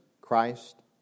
Christ